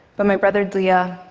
but my brother deah,